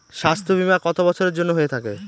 স্বাস্থ্যবীমা কত বছরের জন্য হয়ে থাকে?